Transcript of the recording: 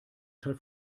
teil